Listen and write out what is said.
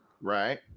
Right